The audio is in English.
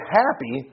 happy